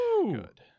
Good